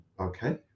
okay